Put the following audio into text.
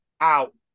out